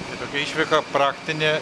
tai tokia išvyka praktinė